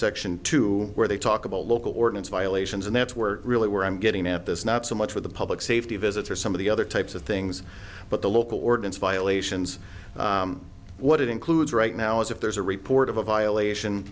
subsection to where they talk about local ordinance violations and that's were really where i'm getting at this not so much with the public safety visitor some of the other types of things but the local ordinance violations what it includes right now is if there's a report of a violation